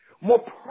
more